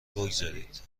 بگذارید